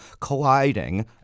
colliding